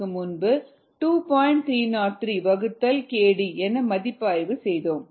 303 வகுத்தல் kd என மதிப்பாய்வு செய்தோம்